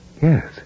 Yes